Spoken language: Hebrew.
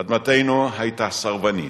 אדמתנו היתה סרבנית,